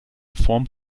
form